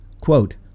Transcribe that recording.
quote